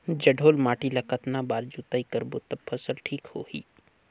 जलोढ़ माटी ला कतना बार जुताई करबो ता फसल ठीक होती?